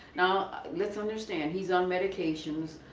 now let's understand he's on medications